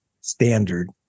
standard